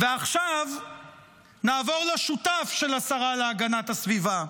ועכשיו נעבור לשותף של השרה להגנת הסביבה,